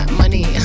money